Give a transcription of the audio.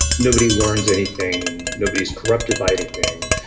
nobody learns anything. nobody is corrupted by anything.